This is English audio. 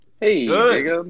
hey